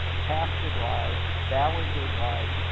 taft and lied, ballinger and lied,